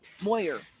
Moyer